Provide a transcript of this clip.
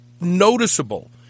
noticeable